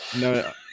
No